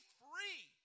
free